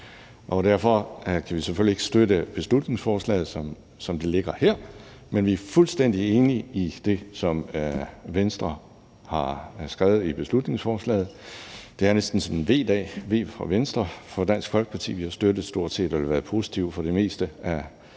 Derfor kan vi selvfølgelig ikke støtte beslutningsforslaget, som det ligger her, men vi er fuldstændig enige i det, som Venstre har skrevet i beslutningsforslaget. Det er næsten en V-dag, V for Venstre, for Dansk Folkeparti har jo stort set støttet eller for det meste